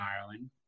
Ireland